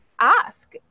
ask